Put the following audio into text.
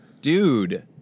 Dude